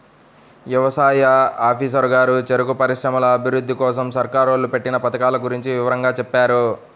యవసాయ ఆఫీసరు గారు చెరుకు పరిశ్రమల అభిరుద్ధి కోసరం సర్కారోళ్ళు పెట్టిన పథకాల గురించి వివరంగా చెప్పారు